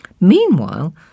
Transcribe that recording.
Meanwhile